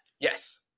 Yes